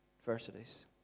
adversities